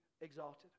exalted